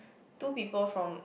two people from